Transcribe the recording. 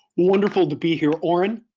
wonderful to be here orin,